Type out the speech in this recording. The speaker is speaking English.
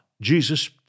Jesus